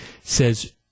says